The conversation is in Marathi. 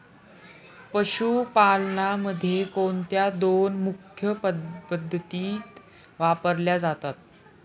पशुपालनामध्ये कोणत्या दोन मुख्य पद्धती वापरल्या जातात?